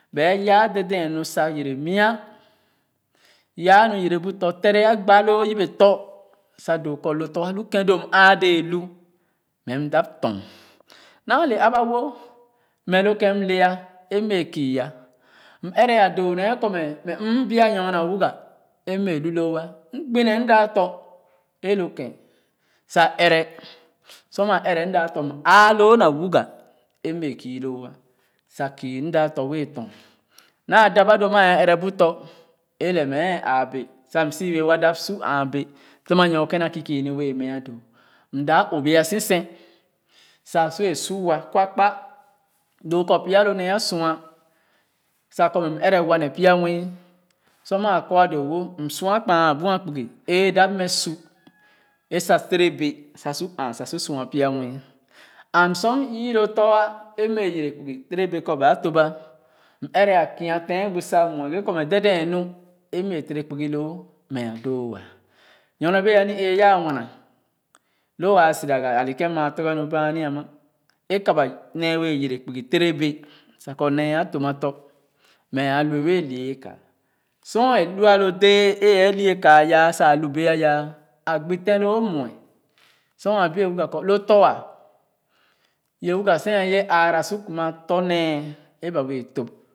Bae yaa dèdèn nu sa yere mya yaa nu yere bu tɔ̃ tere agba loo yebe tɔ̃ yaa nu doo kɔ lo tɔ̃ lo m āā dēē lu mɛ m dap tɔn naa le aba wo mɛ lo kèn m lee e mɛ kii ah mɛrɛ doo nɛ kɔ mɛ mɛ mɛ m bua nyor na wuga e m bɛɛ sor maa ɛrɛ m da tɔ̃ m āā loo na wuga e m bɛɛ ku lua sa kii m da tɔ̃ wɛɛ tɔn naa da ba lo maa ɛrɛ bu tɔ̃ e lɛɛ mɛ āā bee sa m su wɛɛ wa dap su āā bee tema nyor kèn na kii kii ni bee meah doo m dap o bua su sèn sa seah su wa kwa kpa doo kɔ pya lo nee a sua sakɔ m ɛrɛ wa ne pya nwii sor maa kɔ doo-wo m sua kpaa abua kpugi ēē dap mɛ su e sa tere bee sa su aa a su sua pya nwii and sor m yii lo tɔ̃ ah e m bɛɛ yerw kpugi tere bee kɔ ba tōp m ɛrɛ kia tèn bu sa mue dèdèn nu e mmɛ tere kpugi loo m a doo-woa nyor bee a no ee ya mue naa loo aa soga-ga a le kèn maa tɔrge nu buene ama a ka ba nee wɛɛ yere kpugi tere bɛɛ sa kɔ nee a tōp maa tɔ̃ mɛ aa lu wɛɛ wiye ka sor a lu a lo dee e a wi-ye ka ya sa a lu bee ya a gbo tèn lo mue sor a bip ye wuga kɔ lo tɔ̃ ah ye wuga sen kèn aa ra sor kuma tō nee e ba wɛɛ tōp.